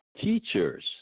teachers